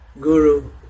guru